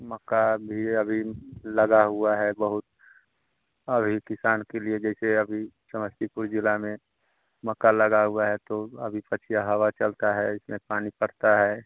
मक्का भी अभी लगा हुआ है बहुत अभी किसान के लिए जैसे अभी समस्तीपुर ज़िले में मक्का लगा हुआ है तो अभी पछया हवा चलता है इसमें पानी पड़ता है